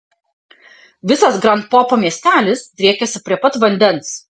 visas grand popo miestelis driekiasi prie pat vandens